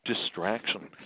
Distraction